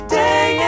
day